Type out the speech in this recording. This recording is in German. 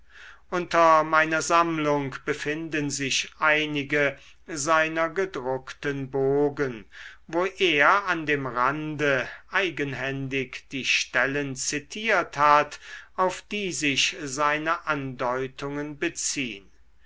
unter meiner sammlung befinden sich einige seiner gedruckten bogen wo er an dem rande eigenhändig die stellen zitiert hat auf die sich seine andeutungen beziehn